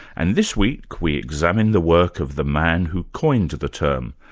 and this week, we examine the work of the man who coined the term,